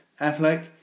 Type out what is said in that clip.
Affleck